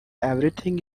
everything